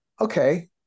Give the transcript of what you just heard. Okay